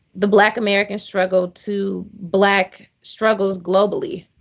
the black american struggle to black struggles globally.